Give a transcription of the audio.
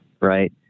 right